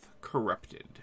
Corrupted